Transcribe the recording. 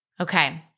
Okay